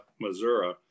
Missouri